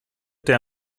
der